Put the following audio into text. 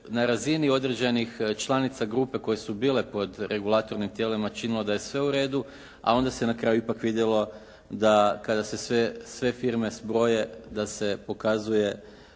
na razini određenih članica grupe koje su bile pod regulatornim tijelima činilo da je sve u redu, a onda se na kraju ipak vidjelo da kada se sve firme zbroje da se pokazuje